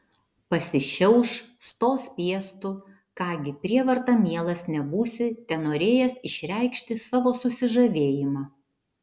pasišiauš stos piestu ką gi prievarta mielas nebūsi tenorėjęs išreikšti savo susižavėjimą